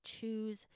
choose